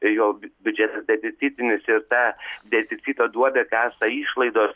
tai jo biu biudžetas deficitinis ir ta deficito duobę kasa išlaidos